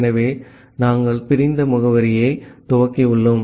ஆகவே நாங்கள் பிரிந்த முகவரியை துவக்கியுள்ளோம்